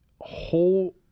whole